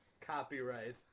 copyright